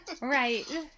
Right